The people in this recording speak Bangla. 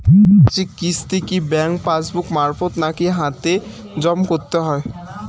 মাসিক কিস্তি কি ব্যাংক পাসবুক মারফত নাকি হাতে হাতেজম করতে হয়?